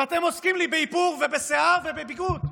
ואתם עוסקים לי באיפור ובשיער ובביגוד.